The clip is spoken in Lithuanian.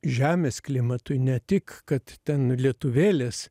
žemės klimatui ne tik kad ten lietuvėlės